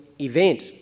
event